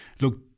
look